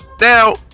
Now